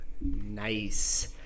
Nice